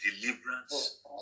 deliverance